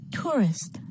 tourist